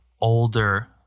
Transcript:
older